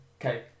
okay